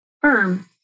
firm